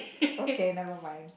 okay never mind